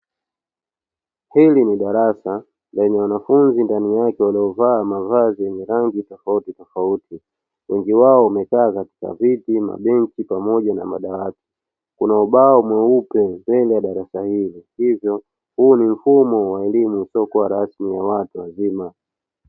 Hili ni darasa lenye wanafunzi ndani yake waliovaa mavazi yenye rangi tofauti tofauti, wengi wao wamekaa katika viti, mabenchi pamoja na madawati. Kuna ubao mweupe mbele ya darasa hili hivyo huu ni mfumo usiokuwa rasmi wa elimu ya watu wazima.